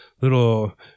little